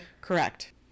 Correct